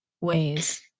ways